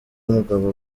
umugabo